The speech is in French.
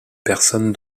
personnes